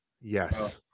Yes